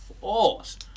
false